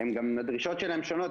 גם הדרישות שלהם שונות,